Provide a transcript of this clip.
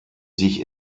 sich